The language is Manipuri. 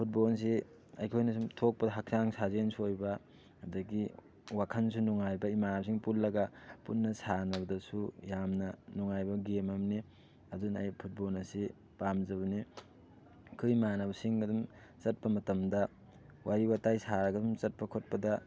ꯐꯨꯠꯕꯣꯜꯁꯤ ꯑꯩꯈꯣꯏꯅ ꯁꯨꯝ ꯊꯣꯛꯄꯗ ꯍꯛꯆꯥꯡ ꯁꯥꯖꯦꯟꯁꯨ ꯑꯣꯏꯕ ꯑꯗꯒꯤ ꯋꯥꯈꯜꯁꯨ ꯅꯨꯡꯉꯥꯏꯕ ꯏꯃꯥꯟꯅꯕꯁꯤꯡ ꯄꯨꯜꯂꯒ ꯄꯨꯟꯅ ꯁꯥꯟꯅꯕꯗꯁꯨ ꯌꯥꯝꯅ ꯅꯨꯡꯉꯥꯏꯕ ꯒꯦꯝ ꯑꯃꯅꯤ ꯑꯗꯨꯅ ꯑꯩ ꯐꯨꯠꯕꯣꯜ ꯑꯁꯤ ꯄꯥꯝꯖꯕꯅꯤ ꯑꯩꯈꯣꯏ ꯏꯃꯥꯟꯅꯕꯁꯤꯡ ꯑꯗꯨꯝ ꯆꯠꯄ ꯃꯇꯝꯗ ꯋꯥꯔꯤ ꯋꯥꯇꯥꯏ ꯁꯥꯔꯒ ꯑꯗꯨꯝ ꯆꯠꯄꯗ ꯈꯣꯠꯄꯗ